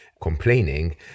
complaining